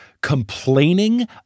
complaining